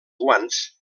guants